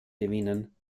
gewinnen